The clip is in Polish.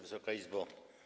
Wysoka Izbo!